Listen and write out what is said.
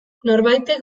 norbaitek